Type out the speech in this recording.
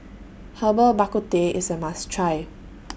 Herbal Bak Ku Teh IS A must Try